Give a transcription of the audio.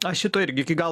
aš šito irgi iki galo